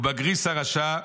ובגריס הרשע,